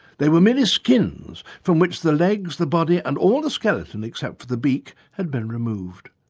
they were merely skins from which the legs, the body and all the skeleton except for the beak had been removed.